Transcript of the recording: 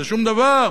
זה שום דבר.